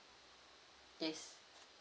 yes